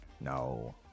no